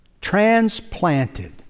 transplanted